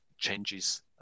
changes